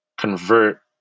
convert